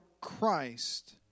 Christ